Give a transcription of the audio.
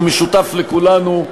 שהוא משותף לכולנו,